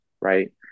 right